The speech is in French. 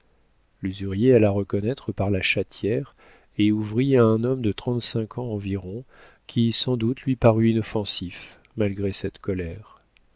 l'usurier alla reconnaître par la chatière et ouvrit à un homme de trente-cinq ans environ qui sans doute lui parut inoffensif malgré cette colère